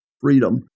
freedom